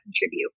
contribute